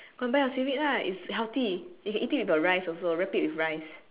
go and buy your seaweed lah it's healthy you can eat it with your rice also wrap it with rice